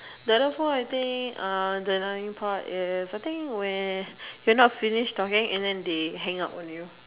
the other four I think uh the annoying part is I think when your not finished talking then they hang up on you